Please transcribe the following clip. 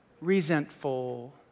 Resentful